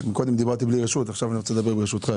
קודם דיברתי בלי רשות ועכשיו אני רוצה לדבר ברשותך.